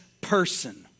person